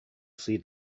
see